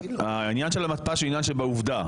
העניין של המתפ"ש זה עניין שבעובדה.